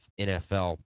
NFL